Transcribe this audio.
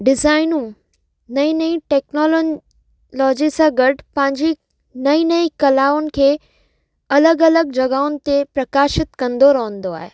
डिज़ाईनूं नई नई टेक्नोललॉजी सां गॾु पंहिंजी नई नई कलाउंनि खे अलॻि अलॻि जॻहुनि ते प्रकाशित कंदो रहंदो आहे